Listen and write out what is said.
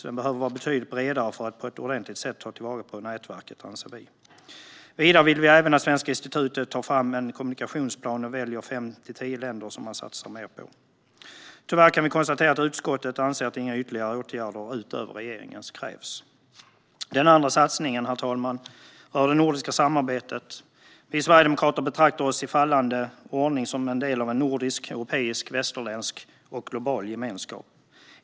Den behöver vara betydligt bredare för att man på ett ordentligt sätt ska kunna ta till vara nätverket, anser vi. Vidare vill vi även att Svenska institutet tar fram en kommunikationsplan och väljer fem till tio länder som man satsar mer på. Tyvärr kan vi konstatera att utskottet anser att inga ytterligare åtgärder, utöver regeringens, krävs. Den andra satsningen, herr talman, rör det nordiska samarbetet. Vi sverigedemokrater betraktar oss i fallande ordning som en del av en nordisk, en europeisk, en västerländsk och en global gemenskap.